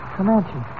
Comanche